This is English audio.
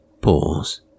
pause